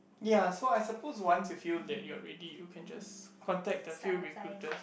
ya so I suppose once you feel that you are ready you can just contact the field recruiters